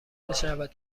میشود